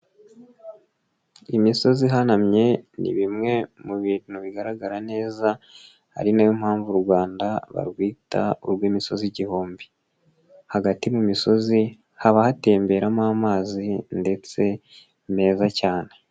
Imisozi ihanamye ni bimwe mu bintu bigaragara neza, ari nayo mpamvu u Rwanda, barwita urw'imisozi igihumbi, hagati mu misozi haba hatemberamo amazi ndetse meza cyane.